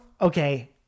Okay